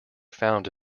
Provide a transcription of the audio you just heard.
found